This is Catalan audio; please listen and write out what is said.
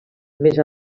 més